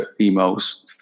emails